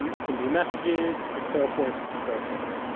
you can do messages, and so forth, and so forth.